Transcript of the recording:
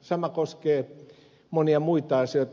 sama koskee monia muita asioita